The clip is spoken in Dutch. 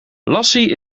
lassie